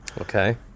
Okay